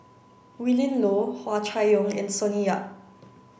Willin Low Hua Chai Yong and Sonny Yap